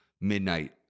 midnight